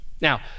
Now